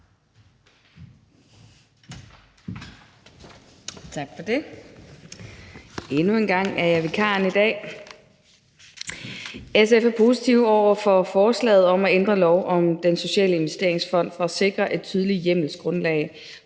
Tak for det. Endnu en gang er jeg vikaren i dag. SF er positive over for forslaget om at ændre lov om Den Sociale Investeringsfond for at sikre et tydeligt hjemmelsgrundlag